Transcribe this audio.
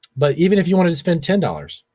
but even if you wanted to spend ten dollars,